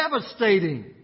devastating